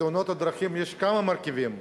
בתאונות הדרכים יש כמה מרכיבים,